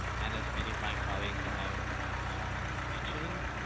and as many of my colleagues have mentioned